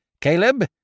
Caleb